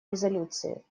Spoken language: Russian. резолюции